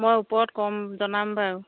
মই ওপৰত ক'ম জনাম বাৰু